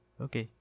Okay